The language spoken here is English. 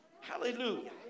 Hallelujah